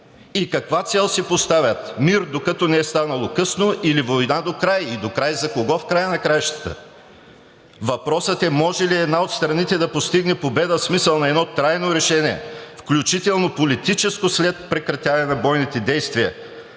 и каква цел си поставят – мир, докато не е станало късно, или война докрай? Докрай за кого, в края на краищата?! Въпросът е: може ли една от страните да постигне победа в смисъл на трайно решение, включително политическо след прекратяване на бойните действия